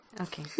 Okay